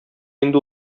инде